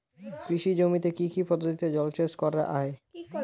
কৃষি জমিতে কি কি পদ্ধতিতে জলসেচ করা য়ায়?